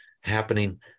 happening